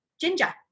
Ginger